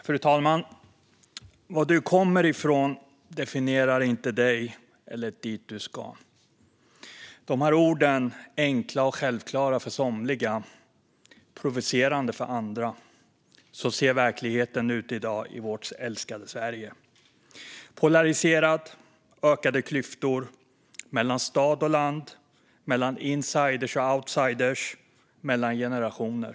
Fru talman! Var du kommer ifrån definierar inte dig eller vart du ska. Dessa ord är enkla och självklara för somliga och provocerande för andra. Så ser verkligheten ut i dag i vårt älskade Sverige. Det är polariserat. Det är ökade klyftor mellan stad och land, mellan insider och outsider och mellan generationer.